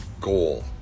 goal